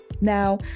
Now